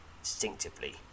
Instinctively